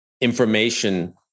information